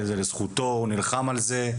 זה לזכותו, הוא נלחם על זה.